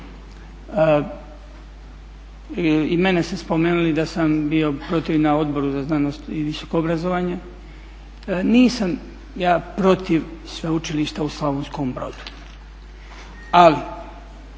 I mene ste spomenuli da sam bio protiv na Odboru za znanost i visoko obrazovanje. Nisam ja protiv Sveučilišta u Slavonskom Brodu, ali